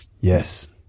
yes